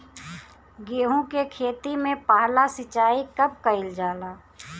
गेहू के खेती मे पहला सिंचाई कब कईल जाला?